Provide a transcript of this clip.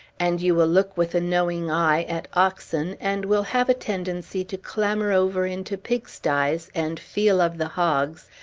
and you will look with a knowing eye at oxen, and will have a tendency to clamber over into pigsties, and feel of the hogs,